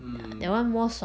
mm